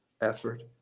effort